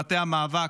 למטה המאבק,